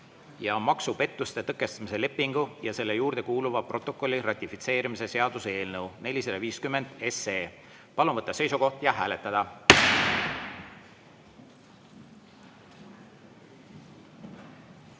ja maksupettuste tõkestamise lepingu ja selle juurde kuuluva protokolli ratifitseerimise seaduse eelnõu 450. Palun võtta seisukoht ja hääletada!